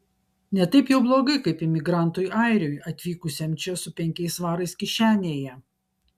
ne taip jau blogai kaip imigrantui airiui atvykusiam čia su penkiais svarais kišenėje